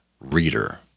reader